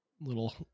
little